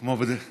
כמו בדרך כלל,